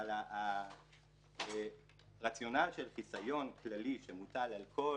אבל הרציונל של חיסיון כללי שמוטל על כל